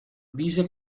dice